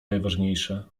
najważniejsze